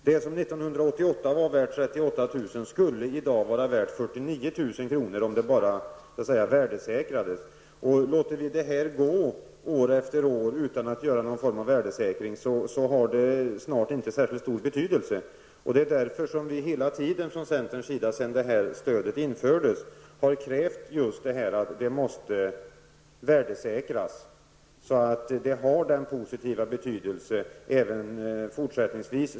Det som år 1988 var värt 38 000 kr. skulle i dag vara värt 49 000 kr. om det bara värdesäkrades. Om vi låter detta gå år efter år utan att göra någon form av värdesäkring har det snart inte särskilt stor betydelse, och det är därför som centern hela tiden sedan det här stödet infördes har krävt att det måste värdesäkras. Det måste ha en positiv betydelse även fortsättningsvis.